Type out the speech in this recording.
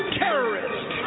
terrorist